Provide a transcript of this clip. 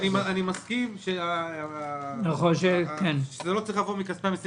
אני מסכים שזה לא צריך לבוא מכספי המסים.